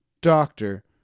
doctor